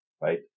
right